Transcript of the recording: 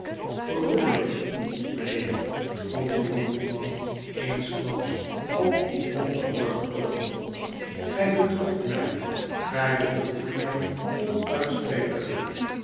verwonder ik u mynheer vroeg dejonkman eensklaps op onderworpen toon gy bedroeft my gij bedroeft mij